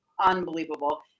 Unbelievable